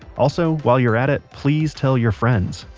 also, while you're at it, please tell your friends.